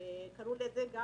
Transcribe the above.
עשינו עבודה בנושא הזה.